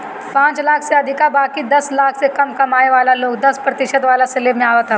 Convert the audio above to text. पांच लाख से अधिका बाकी दस लाख से कम कमाए वाला लोग दस प्रतिशत वाला स्लेब में आवत हवन